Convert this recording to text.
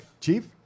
chief